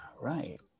right